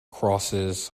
crosses